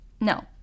no